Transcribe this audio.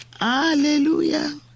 Hallelujah